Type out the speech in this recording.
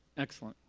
excellent.